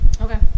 Okay